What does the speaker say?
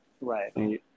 Right